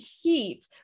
heat